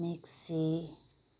mixie